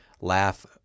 laugh